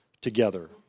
together